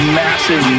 massive